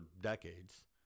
decades